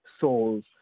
souls